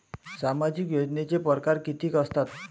सामाजिक योजनेचे परकार कितीक असतात?